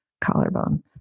collarbone